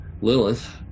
Lilith